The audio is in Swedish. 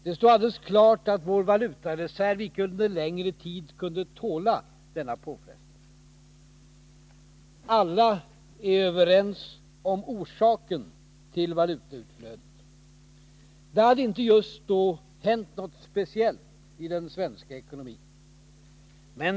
Det stod alldeles klart att vår valutareserv icke under längre tid skulle tåla denna påfrestning. Alla är överens om orsaken till valutautflödet. Det hade inte just då hänt något speciellt i den svenska ekonomin.